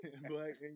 black